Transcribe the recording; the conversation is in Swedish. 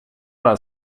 det